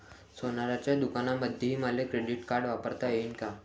सोनाराच्या दुकानामंधीही मले क्रेडिट कार्ड वापरता येते का?